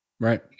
Right